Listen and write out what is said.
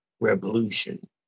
revolution